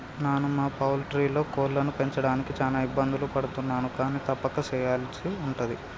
నాను మా పౌల్ట్రీలో కోళ్లను పెంచడానికి చాన ఇబ్బందులు పడుతున్నాను కానీ తప్పక సెయ్యల్సి ఉంటది